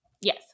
Yes